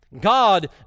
God